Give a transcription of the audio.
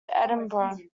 edinburgh